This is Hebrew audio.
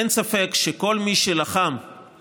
אין ספק שכל מי שלחם,